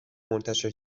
منتشر